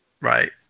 right